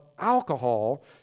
alcohol